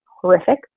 horrific